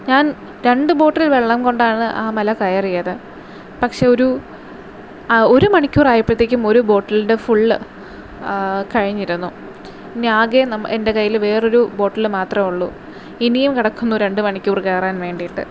ഞാൻ രണ്ടു ബോട്ടിൽ വെള്ളം കൊണ്ടാണ് ആ മല കയറിയത് പക്ഷേ ഒരു ഒരു മണിക്കൂർ ആയപ്പോഴത്തേക്കും ഒരു ബോട്ടിലിന്റെ ഫുള്ള് കഴിഞ്ഞിരുന്നു ഇനി ആകെ എന്റെ കയ്യിൽ വേറെ ഒരു ബോട്ടില് മാത്രമേ ഉള്ളൂ ഇനിയും കിടക്കുന്നു രണ്ടു മണിക്കൂർ കയറാൻ വേണ്ടിയിട്ട്